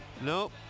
nope